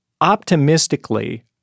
optimistically